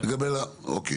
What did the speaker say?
אוקיי.